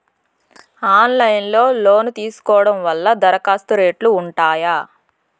Online లో loan తీసుకోవడం వల్ల దరఖాస్తు రేట్లు ఉంటాయా?